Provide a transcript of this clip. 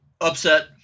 upset